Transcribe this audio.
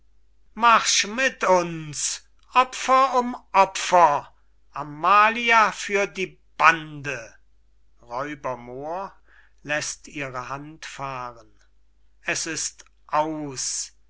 marsch mit uns opfer um opfer amalia für die bande r moor läßt ihre hand fahren es ist aus